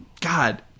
God